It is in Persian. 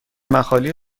مخالی